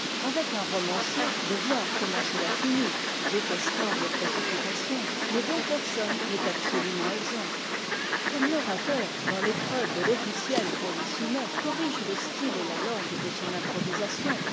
avec un romancier de voir comment cela finit détestable précipitation mais dont personne n'est absolument exempt comme l'orateur dans l'épreuve de l'officiel qu'on lui soumet corrige le style et la langue de son improvisation